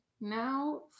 Now